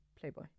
Playboy